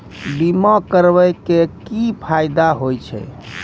बीमा करबै के की फायदा होय छै?